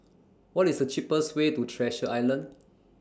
What IS The cheapest Way to Treasure Island